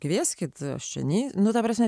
kvieskit seni nu ta prasme